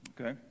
Okay